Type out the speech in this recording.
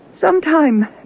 Sometime